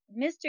Mr